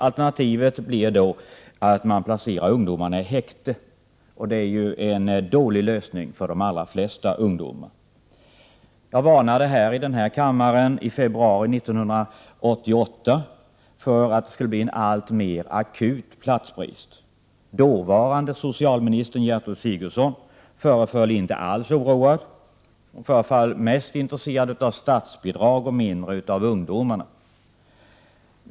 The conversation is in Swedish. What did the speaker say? Alternativet blir då att man placerar ungdomarna i häkte, och det är ju en dålig lösning för de allra flesta ungdomar. Jag varnade här i kammaren i februari 1988 för att platsbristen på tillsynshemmen skulle bli alltmer akut. Dåvarande socialministern Gertrud Sigurdsen föreföll inte alls oroad. Hon föreföll mest intresserad av statsbidrag och mindre av ungdomarna.